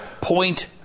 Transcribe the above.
Point